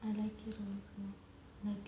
I like it also like